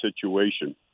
situation